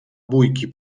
bójki